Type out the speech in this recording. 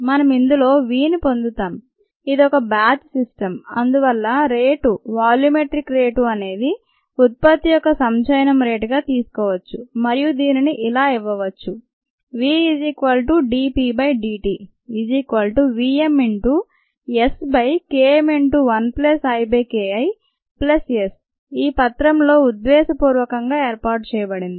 మనం ఇందులో v ని పొందుతాం ఇది ఒక బ్యాచ్ సిస్టమ్ అందువల్ల రేటు వాల్యూమెట్రిక్ రేటు అనేది ఉత్పత్తి యొక్క సంచయనం రేటుగా తీసుకోవచ్చు మరియు దీనిని ఇలా ఇవ్వవచ్చు ఈ పత్రం లో ఉద్దేశ్యపూర్వకంగా ఏర్పాటు చేయబడింది